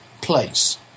place